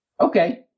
Okay